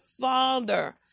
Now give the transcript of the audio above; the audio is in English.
Father